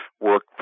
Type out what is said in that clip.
work